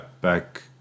back